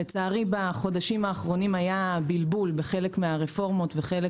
לצערי בחודשים האחרונים היה בלבול בחלק מהרפורמות וחלק